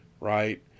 right